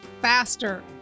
faster